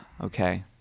Okay